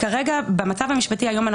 כרגע במצב המשפטי היום,